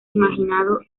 imaginado